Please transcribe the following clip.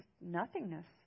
nothingness